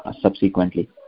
subsequently